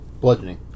Bludgeoning